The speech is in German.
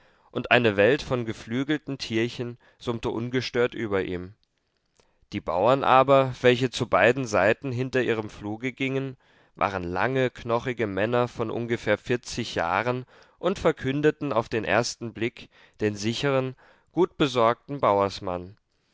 und eine welt von geflügelten tierchen summte ungestört über ihm die bauern aber welche zu beiden seiten hinter ihrem pfluge gingen waren lange knochige männer von ungefähr vierzig jahren und verkündeten auf den ersten blick den sichern gutbesorgten bauersmann